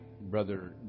Brother